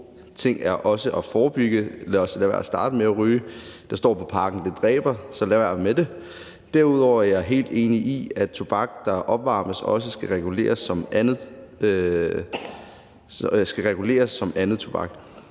ting er også at forebygge. Lad os lade være med at starte med at ryge. Der står på pakken, at det dræber, så lad være med det. Derudover er jeg helt enig i, at tobak, der opvarmes, også skal reguleres som andet tobak.